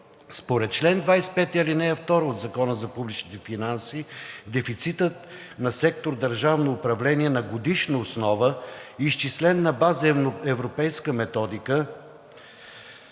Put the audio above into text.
Според чл. 25, ал. 2 от Закона за публичните финанси дефицитът на сектор „Държавно управление“ на годишна основа, изчислен на база европейска методика,